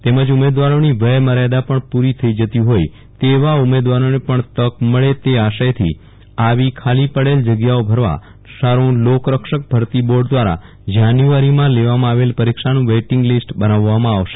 તેમજ ઉમેદવારોની વય મર્યાદા પણ પૂરી થઇ જતી હોઇ તેવા ઉમેદવારોને પણ તક મળે તે આશયથી આવી ખાલી પડેલ જગ્યાઓ ભરવા સારૂ લોકરક્ષક ભરતી બોર્ડ દ્વારા જાન્યુઆરીમાં લેવામાં આવેલ પરીક્ષાનું વેઇટીંગ લીસ્ટ બનાવવામાં આવશે